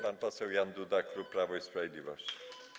Pan poseł Jan Duda, klub Prawo i Sprawiedliwość.